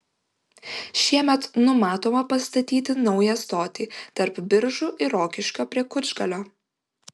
šiemet numatoma pastatyti naują stotį tarp biržų ir rokiškio prie kučgalio